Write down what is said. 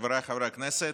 חבריי חברי הכנסת,